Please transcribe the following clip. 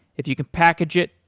if you can package it,